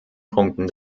punkten